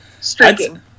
Striking